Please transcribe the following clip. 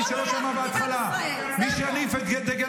למי שלא שמע בהתחלה: מי שיניף את דגל